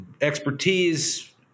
Expertise